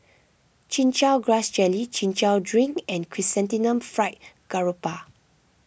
Chin Chow Grass Jelly Chin Chow Drink and Chrysanthemum Fried Garoupa